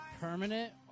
Permanent